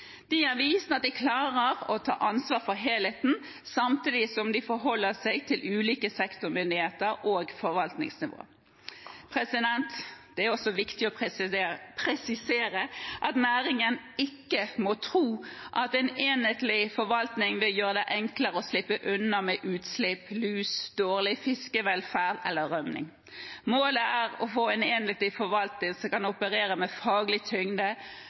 De har vist at de klarer å ta ansvar for helheten samtidig som de forholder seg til ulike sektormyndigheter og forvaltningsnivå. Det er også viktig å presisere at næringen ikke må tro at en enhetlig forvaltning vil gjøre det enklere å slippe unna med utslipp, lus, dårlig fiskevelferd eller rømming. Målet er å få en enhetlig forvaltning som kan operere med faglig tyngde,